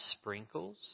sprinkles